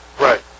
Right